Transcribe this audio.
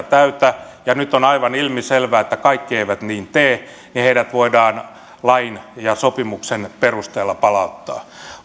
täytä ja nyt on aivan ilmiselvää että kaikki eivät niin tee niin heidät voidaan lain ja sopimuksen perusteella palauttaa